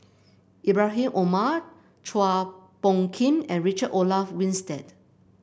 Ibrahim Omar Chua Phung Kim and Richard Olaf Winstedt